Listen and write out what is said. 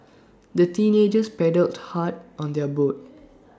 the teenagers paddled hard on their boat